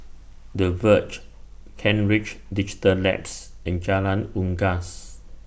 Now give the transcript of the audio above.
The Verge Kent Ridge Digital Labs and Jalan Unggas